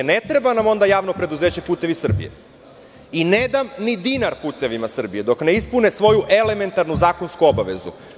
Ne treba nam onda JP "Putevi Srbije" i ne dam ni dinar "Putevima Srbije" dok ne ispune svoju elementarnu zakonsku obavezu.